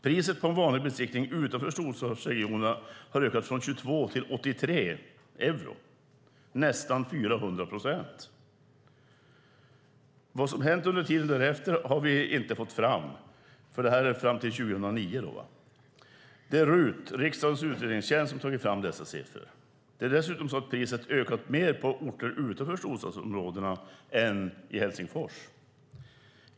Priset på en vanlig besiktning utanför storstadsregionerna har ökat från 22 till 83 euro - nästan 400 procent. Detta är fram till 2009, och vad som hänt under tiden därefter har vi inte fått fram. Det är RUT, riksdagens utredningstjänst, som tagit fram dessa siffror. Det är dessutom så att priset har ökat mer på orter utanför storstadsområdena än i Helsingfors.